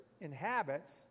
inhabits